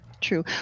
True